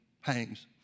hangs